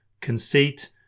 conceit